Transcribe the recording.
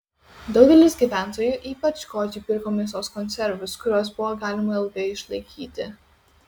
daugelis gyventojų ypač godžiai pirko mėsos konservus kuriuos buvo galima ilgai išlaikyti